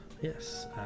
Yes